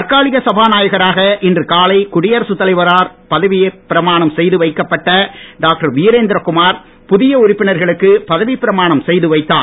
தற்காலிக சபாநாயகராக இன்று காலை குடியரசு தலைவரால் பதவிப் பிரமாணம் செய்து வைக்கப்பட்ட டாக்டர் வீரேந்திர குமார் புதிய உறுப்பினர்களுக்கு பதவிப் பிரமாணம் செய்து வைத்தார்